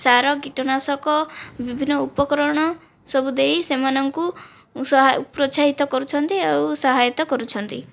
ସାର କୀଟନାଶକ ବିଭିନ୍ନ ଉପକରଣ ସବୁ ଦେଇ ସେମାନଙ୍କୁ ପ୍ରୋତ୍ସାହିତ କରୁଛନ୍ତି ଆଉ ସହାୟତା କରୁଛନ୍ତି